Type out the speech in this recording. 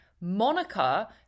Monica